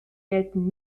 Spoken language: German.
gelten